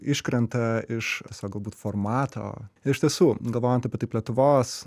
iškrenta iš savo galbūt formato iš tiesų galvojant apie taip lietuvos